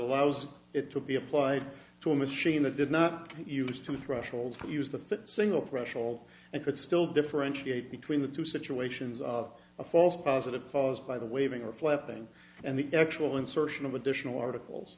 allows it to be applied to a machine that did not use to threshold use the single threshold and could still differentiate between the two situations of a false positive caused by the waving reflecting and the actual insertion of additional articles